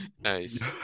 nice